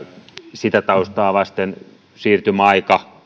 sitä taustaa vasten siirtymäaika